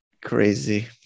crazy